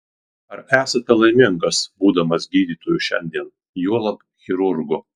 ar esate laimingas būdamas gydytoju šiandien juolab chirurgu